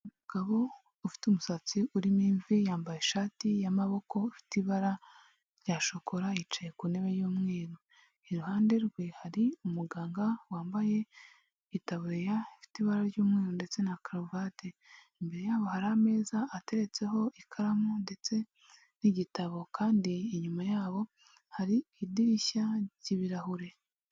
Umugabo ufite umusatsi urimo imvi yambaye ishati y'amaboko afite ibara rya shokora yicaye ku ntebe y'umweru, iruhande rwe hari umuganga wambaye itaburiya ifite ibara ry'umweru ndetse na karuvati. Imbere yabo hari ameza ateretseho ikaramu ndetse n'igitabo, kandi inyuma yabo hari idirishya ry'ibirahure.